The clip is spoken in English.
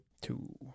two